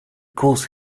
course